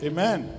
Amen